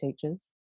teachers